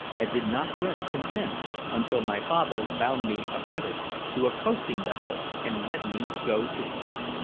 and did not rest content until my father bound me apprentice to a coasting-vessel and let me go to sea.